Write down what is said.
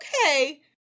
Okay